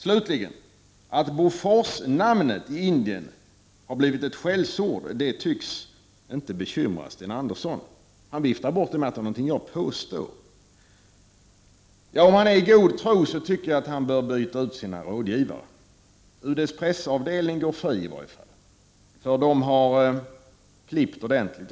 Slutligen: Att Boforsnamnet i Indien har blivit ett skällsord tycks inte bekymra Sten Andersson. Han viftar bort detta med att det är någonting som jag ”påstår”. Om han är i god tro, tycker jag att han bör byta ut sina rådgivare. UD:s pressavdelning går fri i varje fall, för där har man klippt ordentligt.